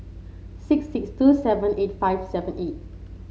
six six two seven eight five seven eight